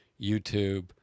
YouTube